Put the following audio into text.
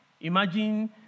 Imagine